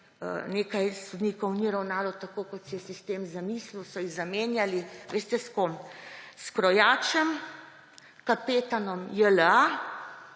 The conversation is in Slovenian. nekaj sodnikov ni ravnalo tako, kot si je sistem zamislil, so jih zamenjali. Ali veste s kom? S krojačem, kapetanom JLA,